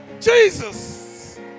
Jesus